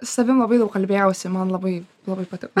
savim labai daug kalbėjausi man labai labai patiko